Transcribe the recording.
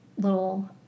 little